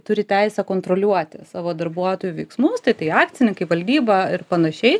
turi teisę kontroliuoti savo darbuotojų veiksmus tai tai akcininkai valdyba ir panašiai